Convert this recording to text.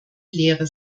lehre